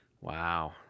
Wow